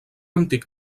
antic